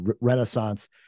renaissance